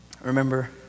remember